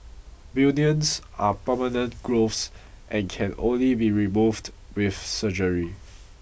bunions are permanent growths and can only be removed with surgery